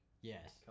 Yes